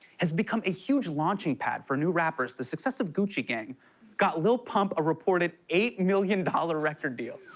has become a huge launching pad for new rappers. the success of gucci gang got lil pump a reported eight million dollars record deal.